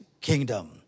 kingdom